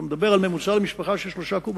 אתה מדבר על ממוצע למשפחה של 3 קוב,